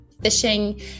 fishing